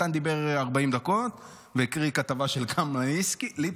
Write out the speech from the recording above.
מתן דיבר 40 דקות והקריא כתבה של קלמן ליבסקינד.